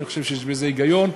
אני חושב שיש בזה היגיון.